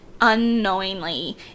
unknowingly